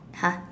!huh!